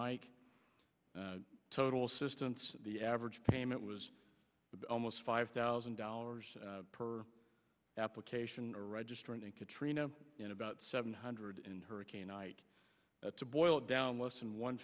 ike total assistance the average payment was almost five thousand dollars per application or registering and katrina and about seven hundred in hurricane ike to boil down less than one